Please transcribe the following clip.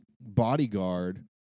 bodyguard